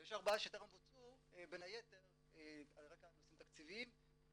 ויש ארבעה שטרם בוצעו בין היתר על רקע נושאים תקציביים,